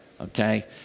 okay